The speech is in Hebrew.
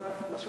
אני יכול?